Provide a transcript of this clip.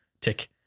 tick